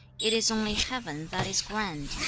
it is only heaven that is grand,